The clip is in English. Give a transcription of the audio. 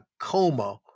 coma